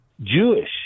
Jewish